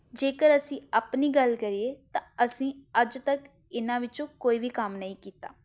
ਜੇਕਰ ਅਸੀਂ ਆਪਣੀ ਗੱਲ ਕਰੀਏ ਤਾਂ ਅਸੀਂ ਅੱਜ ਤੱਕ ਇਹਨਾਂ ਵਿੱਚੋਂ ਕੋਈ ਵੀ ਕੰਮ ਨਹੀਂ ਕੀਤਾ